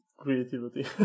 creativity